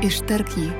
ištark jį